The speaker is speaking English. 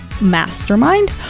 mastermind